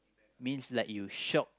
means like you shock